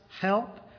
help